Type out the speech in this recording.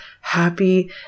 happy